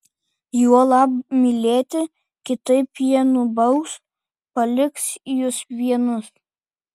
juolab mylėti kitaip jie nubaus paliks jus vienus